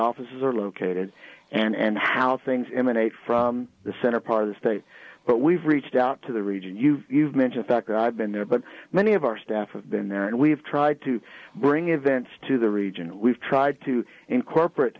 offices are located and how things in a from the center part of the state but we've reached out to the region you've mentioned fact i've been there but many of our staff i've been there and we've tried to bring events to the region we've tried to incorporate